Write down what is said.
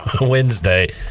wednesday